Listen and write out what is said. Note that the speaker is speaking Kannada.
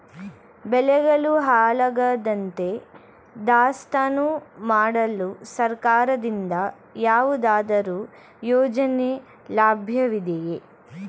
ಬೆಳೆಗಳು ಹಾಳಾಗದಂತೆ ದಾಸ್ತಾನು ಮಾಡಲು ಸರ್ಕಾರದಿಂದ ಯಾವುದಾದರು ಯೋಜನೆ ಲಭ್ಯವಿದೆಯೇ?